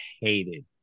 hated